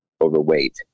overweight